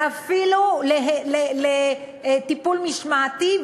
ואפילו לטיפול משמעתי,